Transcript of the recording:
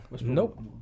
nope